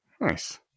Nice